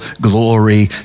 glory